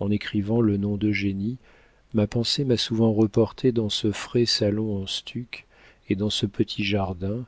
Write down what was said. en écrivant le nom d'eugénie ma pensée m'a souvent reporté dans ce frais salon en stuc et dans ce petit jardin